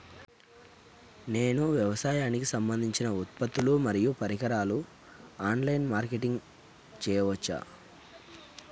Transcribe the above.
నేను వ్యవసాయానికి సంబంధించిన ఉత్పత్తులు మరియు పరికరాలు ఆన్ లైన్ మార్కెటింగ్ చేయచ్చా?